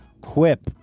Quip